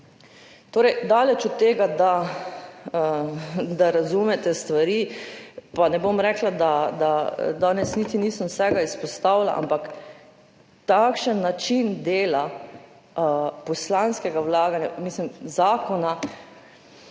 Daleč od tega, da razumete stvari. Pa ne bom rekla, danes niti nisem vsega izpostavila, ampak takšen način dela poslanskega zakona